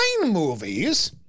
movies